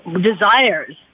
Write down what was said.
desires